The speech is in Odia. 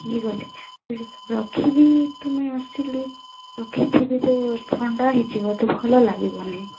ଠିକ୍ ଅଛି ରଖିବି ତୁମେ ଆସିଲେ ରଖି ଥିବି ତ ଥଣ୍ଡା ହୋଇଯିବ ତ ଭଲ ଲାଗିବନି